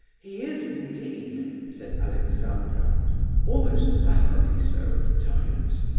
he is, indeed, said alexandra almost laughably so at times.